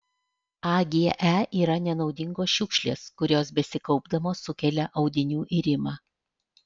age yra nenaudingos šiukšlės kurios besikaupdamos sukelia audinių irimą